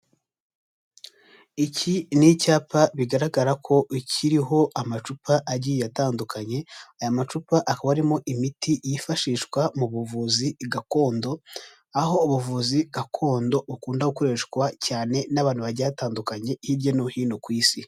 Iki ni icyapa bigaragara ko kiriho amacupa agiye atandukanye, aya macupa akaba arimo imiti yifashishwa mu buvuzi gakondo, aho ubuvuzi gakondo bukunda gukoreshwa cyane n'abantu bagiye batandukanye hirya no hino ku Isi.